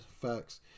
facts